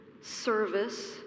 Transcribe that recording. service